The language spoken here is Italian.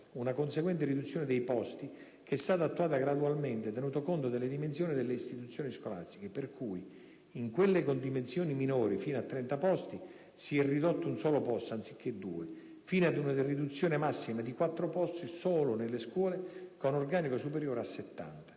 una conseguente riduzione dei posti, che è stata attuata gradualmente tenuto conto delle dimensioni delle istituzioni scolastiche, per cui in quelle con dimensioni minori (fino a 30 posti) si è ridotto un solo posto anziché due, fino ad una riduzione massima di 4 posti solo nelle scuole con organico superiore a 70.